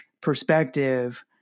perspective